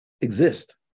Exist